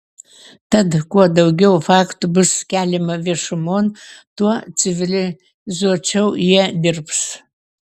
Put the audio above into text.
tad kuo daugiau faktų bus keliama viešumon tuo civilizuočiau jie dirbs